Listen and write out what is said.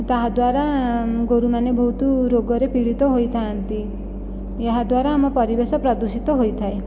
ତାହା ଦ୍ୱାରା ଗୋରୁମାନେ ବହୁତ ରୋଗରେ ପୀଡ଼ିତ ହୋଇଥାନ୍ତି ଏହାଦ୍ୱାରା ଆମ ପରିବେଶ ପ୍ରଦୂଷିତ ହୋଇଥାଏ